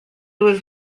was